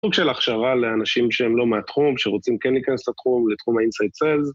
סוג של הכשרה לאנשים שהם לא מהתחום, שרוצים כן להיכנס לתחום, לתחום האינסייד סיילס